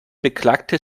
beklagte